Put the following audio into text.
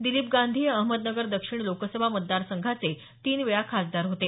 दिलीप गांधी हे अहमदनगर दक्षिण लोकसभा मतदारसंघाचे तीन वेळा खासदार होते